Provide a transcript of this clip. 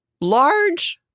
large